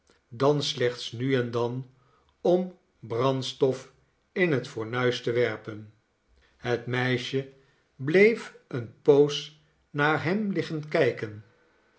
dan slechts nu en dan om brandstof in het fornuis te werpen het meisje bleef eene poos naar hem liggen kijken